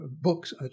books